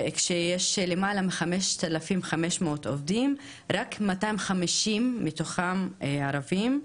כשיש למעלה מ- 5,500 עובדים, רק 250 מתוכם ערבים.